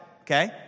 okay